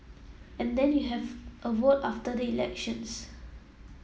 and then you have a vote after the elections